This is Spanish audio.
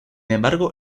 embargo